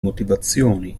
motivazioni